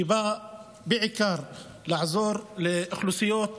שבא בעיקר לעזור לאוכלוסיות מוחלשות,